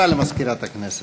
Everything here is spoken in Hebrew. הודעה למזכירת הכנסת.